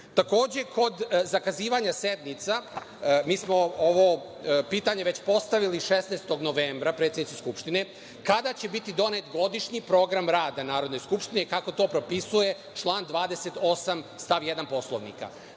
Takođe, kod zakazivanja sednica, mi smo ovo pitanje već postavili 16. novembra predsednici Skupštine - kada će biti godišnji program rada Narodne skupštine i kako to propisuje član 28. stav 1. Poslovnika.